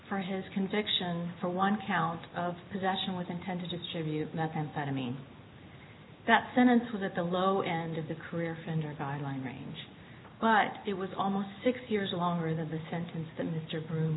for his conviction for one count of possession with intent to distribute methamphetamine that sentence was at the low end of the career fender guideline range but it was almost six years longer than the sentence that mr br